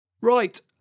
Right